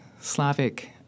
Slavic